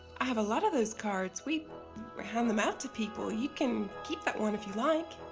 i have a lot of those cards. we hand them out to people. you can keep that one if you like.